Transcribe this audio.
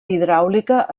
hidràulica